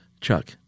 Chuck